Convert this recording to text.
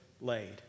laid